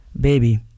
baby